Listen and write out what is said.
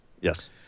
Yes